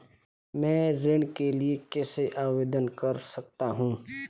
मैं ऋण के लिए कैसे आवेदन कर सकता हूं?